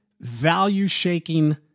value-shaking